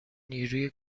نیروی